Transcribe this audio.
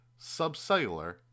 subcellular